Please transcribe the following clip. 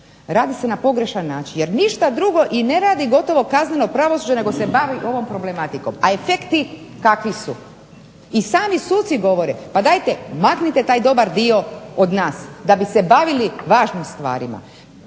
radi se na pogrešan način, jer ništa drugo i ne radi gotovo kazneno pravosuđe nego se bavi ovom problematikom, a efekti kakvi su. I sami suci govore, pa dajte maknite taj dobar dio od nas da bi se bavili važnim stvarima.